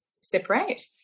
separate